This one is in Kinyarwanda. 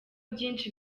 byinshi